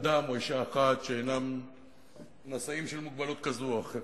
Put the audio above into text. אדם או אשה אחת שאינם נשאים של מוגבלות כזו או אחרת,